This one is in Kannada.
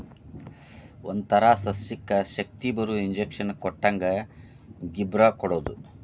ಒಂತರಾ ಸಸ್ಯಕ್ಕ ಶಕ್ತಿಬರು ಇಂಜೆಕ್ಷನ್ ಕೊಟ್ಟಂಗ ಗಿಬ್ಬರಾ ಕೊಡುದು